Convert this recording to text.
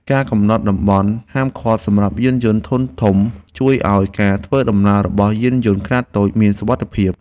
ការកំណត់តំបន់ហាមឃាត់សម្រាប់យានយន្តធុនធំជួយឱ្យការធ្វើដំណើររបស់យានយន្តខ្នាតតូចមានសុវត្ថិភាព។